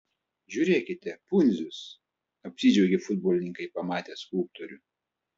žiūrėkite pundzius apsidžiaugė futbolininkai pamatę skulptorių